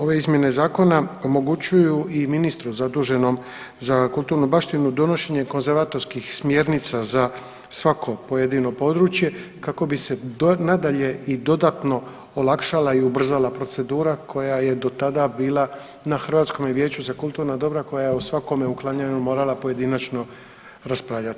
Ovaj, ove izmjene zakona omogućuju i ministru zaduženom za kulturnu baštinu donošenje konzervatorskih smjernica za svako pojedino područje kako bi se nadalje i dodatno olakšala i ubrzala procedura koja je do tada bila na Hrvatskome vijeću za kulturna dobra koja je o svakome uklanjanju morala pojedinačno raspravljati.